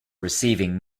receiving